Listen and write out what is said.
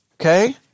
Okay